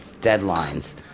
deadlines